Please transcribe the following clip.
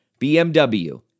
BMW